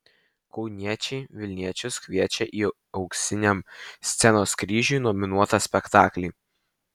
kauniečiai vilniečius kviečia į auksiniam scenos kryžiui nominuotą spektaklį